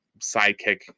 sidekick